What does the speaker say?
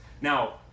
now